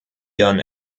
done